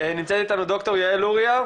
נמצאת איתנו ד"ר יעל לוריא,